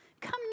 Come